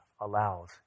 allows